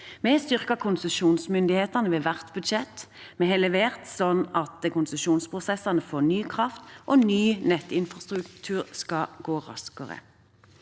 har styrket konsesjonsmyndighetene ved hvert budsjett, vi har levert sånn at konsesjonsprosessene for ny kraft og ny nettinfrastruktur skal gå raskere.